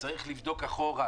צריך לבדוק אחורה,